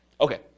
Okay